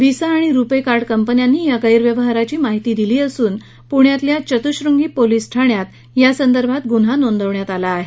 visa आणि RuPay card कंपन्यांनी या गैरव्यवहाराची माहिती दिली असून पुण्यातल्या चतुश्रृंगी पोलिस ठाण्यात यासंदर्भात गुन्हा नोंदवण्यात आला आहे